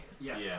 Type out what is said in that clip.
Yes